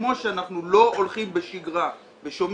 כמו ש אנחנו לא הולכים בשגרה ושומעים